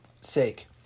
sake